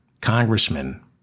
Congressman